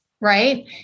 right